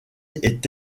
est